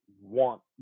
want